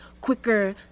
quicker